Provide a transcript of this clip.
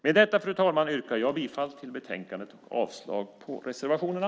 Med detta, fru talman, yrkar jag bifall till förslaget i betänkandet och avslag på reservationerna.